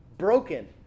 broken